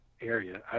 area